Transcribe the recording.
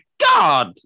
god